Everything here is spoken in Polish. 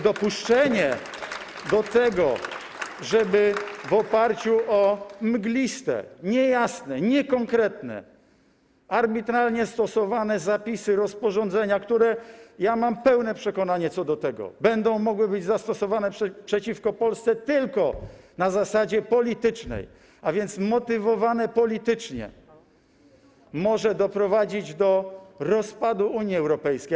Dopuszczenie do tego, żeby w oparciu o mgliste, niejasne, niekonkretne, arbitralnie stosowane zapisy rozporządzenia, które - ja mam pełne przekonanie co do tego - będą mogły być zastosowane przeciwko Polsce tylko na zasadzie politycznej, a więc motywowane politycznie, może doprowadzić do rozpadu Unii Europejskiej.